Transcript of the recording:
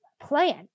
plan